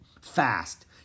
fast